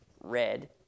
red